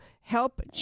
help